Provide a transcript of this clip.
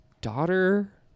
daughter